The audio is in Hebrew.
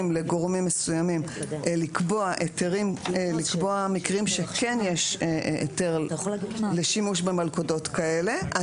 לגורמים מסוימים לקבוע מקרים שכן יש היתר לשימוש במלכודות כאלה,